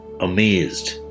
amazed